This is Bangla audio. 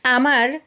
আমার